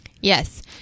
Yes